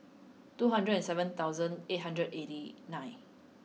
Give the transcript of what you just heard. two hundred and seven thousand eight hundred eighty nine